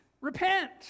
repent